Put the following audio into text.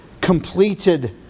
completed